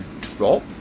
drop